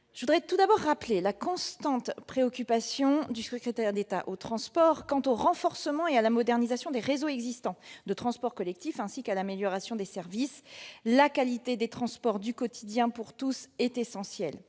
Je voudrais tout d'abord rappeler la constante préoccupation de M. le secrétaire d'État chargé des transports quant au renforcement et à la modernisation des réseaux existant de transports collectifs, ainsi qu'à l'amélioration des services. La qualité des transports du quotidien, pour tous, est essentielle.